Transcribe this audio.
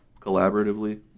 collaboratively